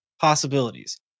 possibilities